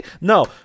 No